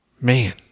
man